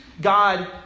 God